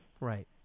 Right